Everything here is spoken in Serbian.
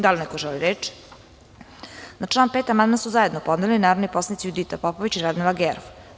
Da li neko želi reč? (Ne.) Na član 5. amandman su zajedno podneli narodni poslanici Judita Popović i Radmila Gerov.